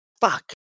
Fuck